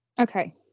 Okay